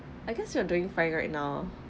I guess you are doing fine right now